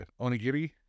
onigiri